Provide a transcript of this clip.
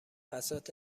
بساط